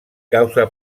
causa